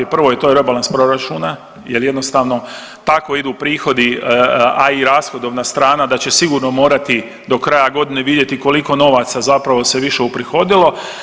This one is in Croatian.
Prvo to je rebalans proračuna, jer jednostavno tako idu prihodi a i rashodovna strana, da će sigurno morati do kraja godine vidjeti koliko novaca zapravo se više uprihodilo.